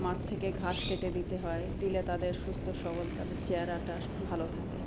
মাঠ থেকে ঘাস কেটে দিতে হয় দিলে তাদের সুস্থ সবল তাদের চেহারাটা ভালো থাকে